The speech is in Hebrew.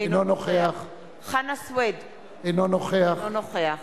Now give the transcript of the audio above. אינו נוכח חנא סוייד, אינו נוכח